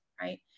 right